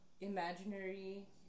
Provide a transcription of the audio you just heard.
imaginary